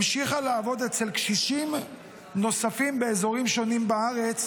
היא המשיכה לעבוד אצל קשישים נוספים באזורים שונים בארץ,